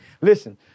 Listen